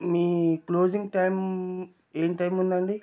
మీ closing time ఏం time ఉందండి